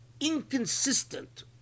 inconsistent